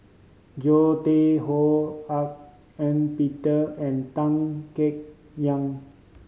Zoe Tay Ho Hak Ean Peter and Tan Kek Yiang